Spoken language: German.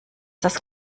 das